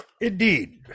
Indeed